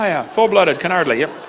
a ah full blooded canhardly.